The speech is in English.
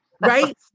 right